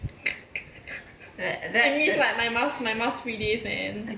I miss like my mask my mask free days man